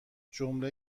جمله